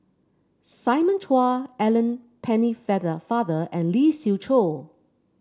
Simon Chua Alice Penne father and Lee Siew Choh